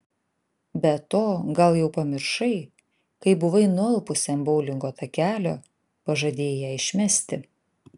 be to gal jau pamiršai kai buvai nualpusi ant boulingo takelio pažadėjai ją išmesti